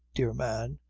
dear man,